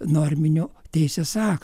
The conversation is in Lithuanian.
norminių teisės aktų